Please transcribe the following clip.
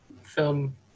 film